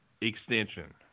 extension